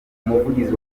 umuvugizi